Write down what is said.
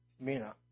mina